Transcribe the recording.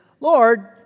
Lord